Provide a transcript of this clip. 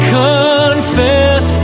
confess